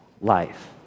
life